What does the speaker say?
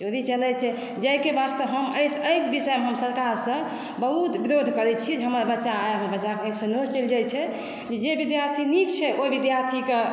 चोरी चलै छै जाहिके वास्ते हम एहि विषय पर हम सरकारसे बहुत विरोध करै छी जे हमर बच्चा एल बच्चाके आँखिसॅं नोर चलि जाइ छै जे विद्यार्थी नीक छै ओहि विद्यार्थीके